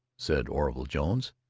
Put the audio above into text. said orville jones.